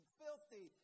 filthy